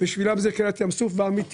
בשבילם זה קריעת ים סוף אמיתי.